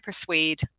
persuade